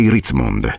Ritzmond